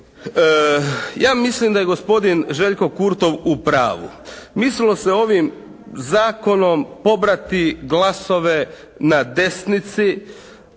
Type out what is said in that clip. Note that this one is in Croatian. Ja mislim da je gospodin Željko Kurtov u pravu. Mislilo se ovim zakonom pobrati glasove na desnici,